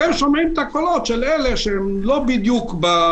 אתם שומעים את הקולות של אלו שלא מובהקים,